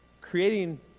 creating